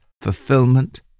fulfillment